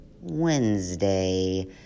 Wednesday